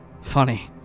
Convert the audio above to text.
Funny